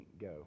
go